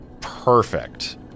Perfect